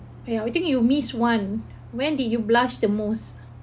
ya I think you miss one when did you blush the most